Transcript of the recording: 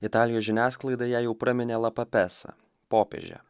italijos žiniasklaida ją jau praminė lapapesa popieže